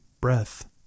breath